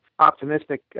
optimistic